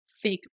fake